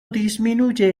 disminuye